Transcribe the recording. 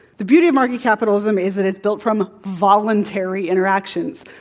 the beauty of market capitalism is that it's built from voluntary interactions.